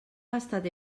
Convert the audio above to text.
gastat